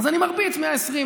אז אני מרביץ 120,